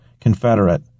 Confederate